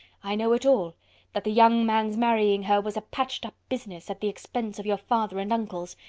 i know it all that the young man's marrying her was a patched-up business, at the expence of your father and uncles.